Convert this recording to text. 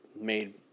made